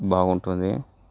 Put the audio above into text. బాగుంటుంది